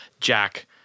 Jack